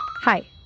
Hi